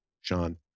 Sean